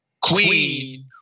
Queen